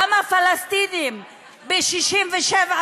גם הפלסטינים ב-67',